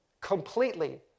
completely